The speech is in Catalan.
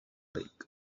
ric